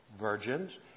virgins